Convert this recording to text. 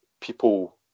People